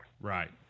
Right